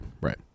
right